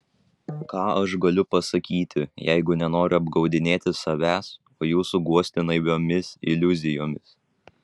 ką aš galiu pasakyti jeigu nenoriu apgaudinėti savęs o jūsų guosti naiviomis iliuzijomis